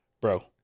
bro